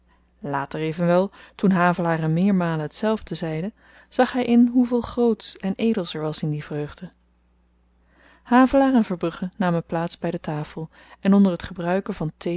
later evenwel toen havelaar hem meermalen hetzelfde zeide zag hy in hoeveel groots en edels er was in die vreugde havelaar en verbrugge namen plaats by de tafel en onder t gebruiken van